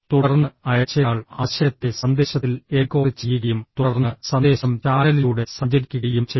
തുടർന്ന് അയച്ചയാൾ ആശയത്തെ സന്ദേശത്തിൽ എൻകോഡ് ചെയ്യുകയും തുടർന്ന് സന്ദേശം ചാനലിലൂടെ സഞ്ചരിക്കുകയും ചെയ്യുന്നു